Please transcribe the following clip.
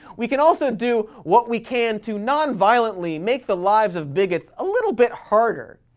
we can also do what we can to non-violently make the lives of bigots a little bit harder.